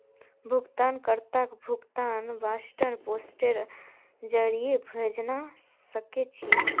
भुगतान कर्ताक भुगतान वारन्ट पोस्टेर जरीये भेजवा सके छी